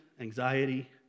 anxiety